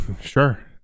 sure